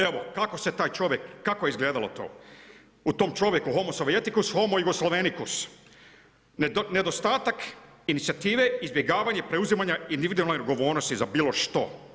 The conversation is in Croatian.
Evo, kako se taj čovjek, kako je izgledalo to, u tom čovjeku homosov i etikus, homo jugoslavenikus, nedostatak inicijative, izbjegavanje preuzimanja individualne odgovornosti za bilo što.